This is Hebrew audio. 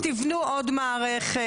אז תבנו עוד מערכת,